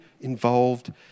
involved